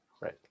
Right